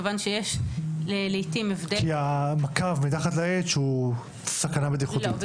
מכיוון שיש לעתים הבדל --- כי המקף מתחת ל-H הוא סכנה בטיחותית.